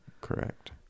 Correct